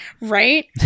right